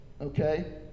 Okay